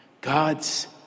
God's